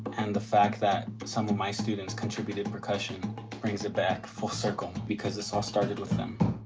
and the fact that some of my students contributed percussion brings it back full circle because this all started with them.